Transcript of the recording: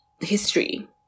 history